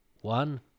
one